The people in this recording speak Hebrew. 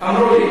אמרו לי,